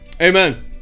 Amen